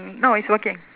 no he's working